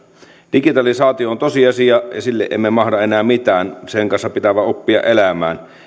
digitalisaatio on tosiasia ja sille emme mahda enää mitään sen kanssa pitää vain oppia elämään